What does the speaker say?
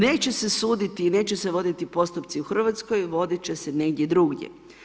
Neće se suditi i neće se voditi postupci u Hrvatskoj, voditi će se negdje drugdje.